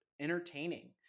entertaining